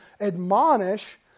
admonish